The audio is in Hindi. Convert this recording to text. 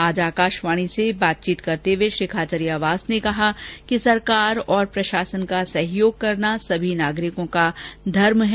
आज आकाशवाणी से बातचीत करते हुए श्री खाचरियावास ने कहा कि सरकार और प्रशासन का सहयोग करना सभी नागरिकों का धर्म है